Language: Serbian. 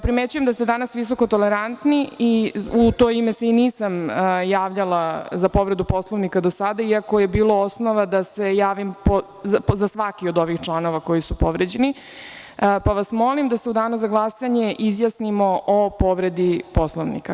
Primećujem da ste danas visokotolerantni i u to ime se i nisam javljala za povredu Poslovnika do sada, iako je bilo osnova da se javim za svaki od ovih članova koji su povređeni, pa vas molim da se u danu za glasanje izjasnimo o povredi Poslovnika.